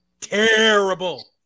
terrible